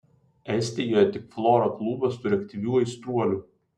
estijoje tik flora klubas turi aktyvių aistruolių